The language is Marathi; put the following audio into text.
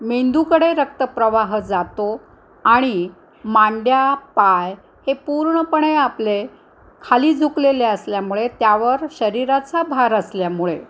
मेंदूकडे रक्तप्रवाह जातो आणि मांड्या पाय हे पूर्णपणे आपले खाली झुकलेले असल्यामुळे त्यावर शरीराचा भार असल्यामुळे